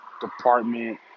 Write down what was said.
department